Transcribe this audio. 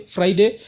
Friday